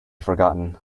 forgotten